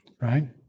right